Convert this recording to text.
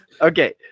Okay